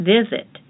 Visit